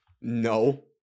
No